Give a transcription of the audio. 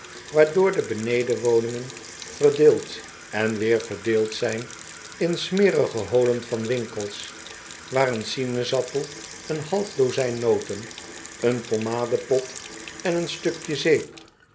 waardoor de benedenwoningen verdeeld en weer verdeeld zijn in smerige holen van winkels waar een sinaasappel een half dozyn noten een pommade pot en een stukje zeep